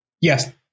Yes